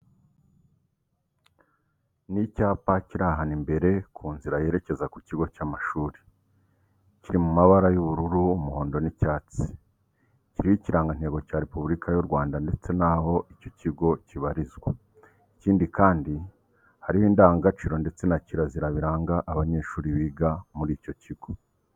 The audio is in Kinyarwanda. Ni icyapa kiri ahantu imbere ku nzira yerekeza ku kigo cy'amashuri, kiri mu mabara y'ubururu, umuhondo n'icyatsi. Kiriho Ikirangantego cya Repubulika y'u Rwanda ndetse n'aho icyo kigo kibarizwa. Ikindi kandi, hariho indangagaciro ndetse na kirazira biranga abanyeshuri biga muri icyo kigo.